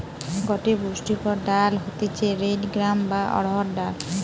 গটে পুষ্টিকর ডাল হতিছে রেড গ্রাম বা অড়হর ডাল